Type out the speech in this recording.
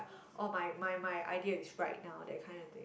oh my my my idea is right now that kind of thing